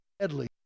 deadly